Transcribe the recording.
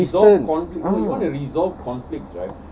keep a distance no